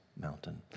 mountain